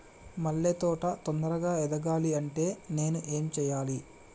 మల్లె తోట తొందరగా ఎదగాలి అంటే నేను ఏం చేయాలి?